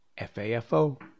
fafo